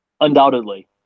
undoubtedly